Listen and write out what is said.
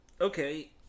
Okay